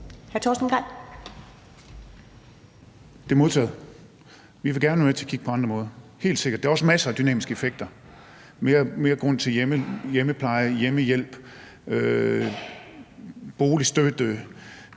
Torsten Gejl (ALT): Det er modtaget. Vi vil gerne være med til at kigge på andre måder, helt sikkert. Der er også masser af dynamiske effekter, mere grund til hjemmepleje, hjemmehjælp, boligstøtte,